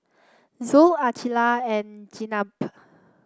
Zul Aqilah and Jenab